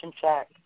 check